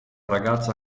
ragazza